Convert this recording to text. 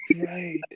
right